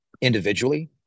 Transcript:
individually